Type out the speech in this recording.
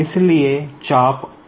इसलिए चाप है